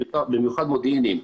במיוחד מודיעיניים,